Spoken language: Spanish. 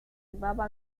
llevaba